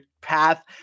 path